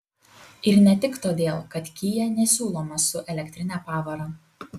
ir ne tik todėl kad kia nesiūlomas su elektrine pavara